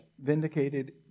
vindicated